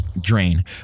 Drain